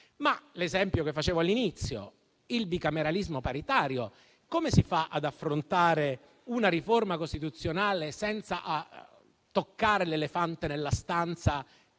all'esempio che facevo all'inizio parlando del bicameralismo paritario. Come si fa ad affrontare una riforma costituzionale senza toccare l'elefante nella stanza